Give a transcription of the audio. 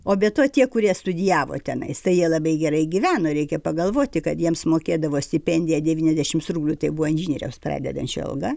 o be to tie kurie studijavo tenais tai jie labai gerai gyveno reikia pagalvoti kad jiems mokėdavo stipendiją devyniasdešimts rublių tai buvo inžinieriaus pradedančiojo alga